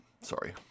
sorry